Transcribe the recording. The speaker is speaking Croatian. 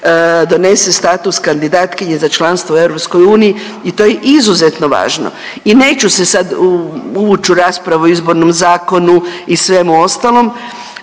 donese status kandidatkinje za članstvo u EU i to je izuzetno važno i neću se sad uvuć u raspravu o Izbornom zakonu i svemu ostalom